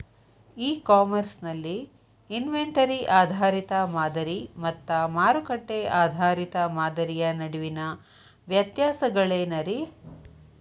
E commerce ನಲ್ಲಿ inventory ಆಧಾರಿತ ಮಾದರಿ ಮತ್ತ ಮಾರುಕಟ್ಟೆ ಆಧಾರಿತ ಮಾದರಿಯ ನಡುವಿನ ವ್ಯತ್ಯಾಸಗಳೇನ ರೇ?